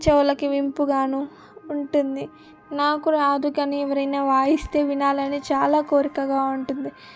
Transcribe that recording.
చెవులకి ఇంపుగాను ఉంటుంది నాకు రాదు కానీ ఎవరైనా వాయిస్తే వినాలని చాలా కోరికగా ఉంటుంది